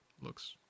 looks